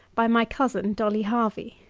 by my cousin dolly hervey.